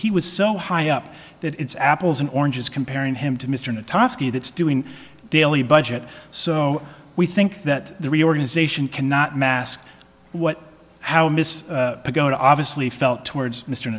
he was so high up that it's apples and oranges comparing him to mr natonski that's doing daily budget so we think that the reorganization cannot mask what how miss to go to obviously felt towards mr